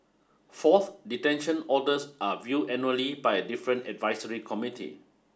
fourth detention orders are viewed annually by different advisory committee